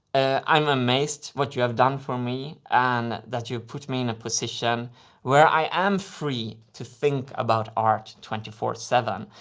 i'm amazed what you have done for me and that you put me in a position where i am free to think about art twenty four seven.